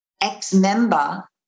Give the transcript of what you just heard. ex-member